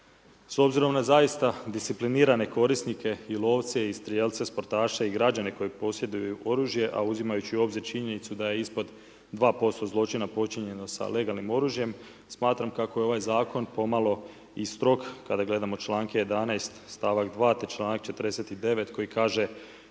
S obzirom na zaista disciplinirane korisnike i lovce, i strijelce, sportaše i građane koji posjeduju oružje, a uzimajući u obzir činjenicu da je ispod 2% zločina počinjeno sa legalnim oružjem smatram kako je ovaj zakon po malo i strog kada gledamo čl. 11. st.2. te čl. 49. koji kaže,